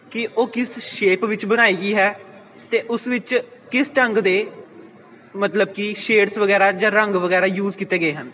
ਕਿ ਉਹ ਕਿਸ ਸ਼ੇਪ ਵਿੱਚ ਬਣਾਈ ਗਈ ਹੈ ਅਤੇ ਉਸ ਵਿੱਚ ਕਿਸ ਢੰਗ ਦੇ ਮਤਲਬ ਕਿ ਸ਼ੇਡਸ ਵਗੈਰਾ ਜਾਂ ਰੰਗ ਵਗੈਰਾ ਯੂਜ ਕੀਤੇ ਗਏ ਹਨ